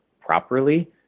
properly